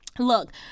Look